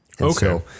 Okay